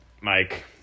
Mike